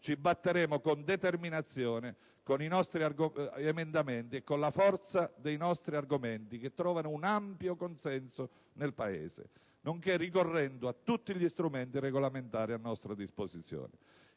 ci batteremo con determinazione con i nostri emendamenti e con la forza dei nostri argomenti, che trovano un ampio consenso nel Paese, nonché ricorrendo a tutti gli strumenti regolamentari a nostra disposizione.